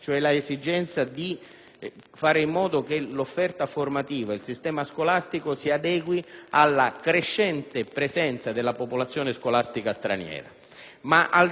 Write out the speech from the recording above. fare in modo che l'offerta formativa e il sistema scolastico si adeguino alla crescente presenza della popolazione scolastica straniera. Ma al di là della segnalazione